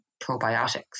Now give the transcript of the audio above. probiotics